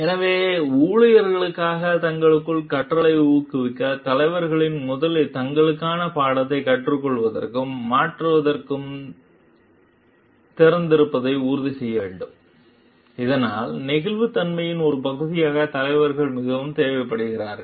எனவே ஊழியர்களுக்காக தங்களுக்குள் கற்றலை ஊக்குவிக்க தலைவர்கள் முதலில் தங்களுக்கான பாடத்தை கற்றுக்கொள்வதற்கும் மாற்றுவதற்கும் திறந்திருப்பதை உறுதி செய்ய வேண்டும் இதனால் நெகிழ்வுத்தன்மையின் ஒரு பகுதி தலைவருக்கு மிகவும் தேவைப்படுகிறது